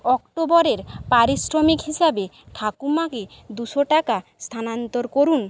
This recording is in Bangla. অক্টোবরের পারিশ্রমিক হিসাবে ঠাকুমাকে দুশো টাকা স্থানান্তর করুন